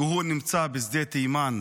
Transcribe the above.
כי הוא נמצא בשדה תימן,